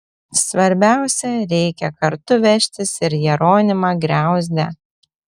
svarbiausia reikia kartu vežtis ir jeronimą griauzdę